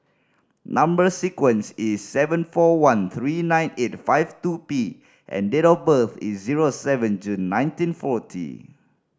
number sequence is seven four one three nine eight five two P and date of birth is zero seven June nineteen forty